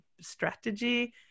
strategy